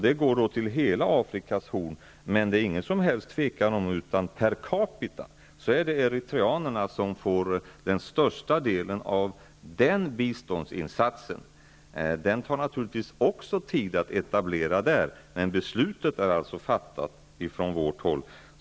Det går till hela Afrikas Horn, men det är ingen som helst tvekan om att per capita är det eritreanerna som får största delen av denna biståndsinsats. Den här insatsen tar det naturligtvis också tid att etablera, men beslutet är alltså fattat på vårt håll.